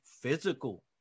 physical